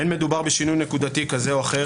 אין מדובר בשינוי נקודתי כזה או אחר,